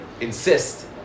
insist